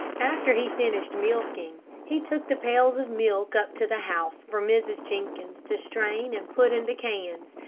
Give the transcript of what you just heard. after he finished milking, he took the pails of milk up to the house for mrs. jenkins to strain and put in the cans,